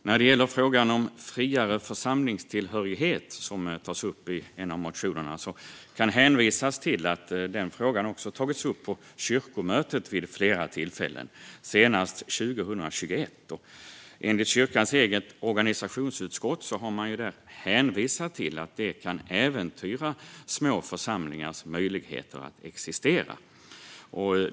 När det gäller frågan om friare församlingstillhörighet, som tas upp i en av motionerna, kan hänvisas till att den frågan också tagits upp på kyrkomötet vid flera tillfällen, senast 2021. Enligt kyrkans eget organisationsutskott har man där hänvisat till att det kan äventyra små församlingars möjligheter att existera.